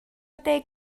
deg